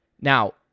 Now